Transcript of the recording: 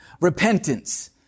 repentance